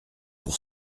pour